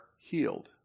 healed